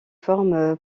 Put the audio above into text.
forme